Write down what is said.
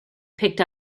picked